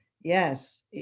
Yes